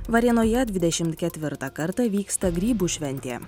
varėnoje dvidešimt ketvirtą kartą vyksta grybų šventė